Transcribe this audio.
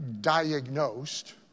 diagnosed